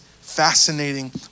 fascinating